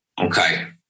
Okay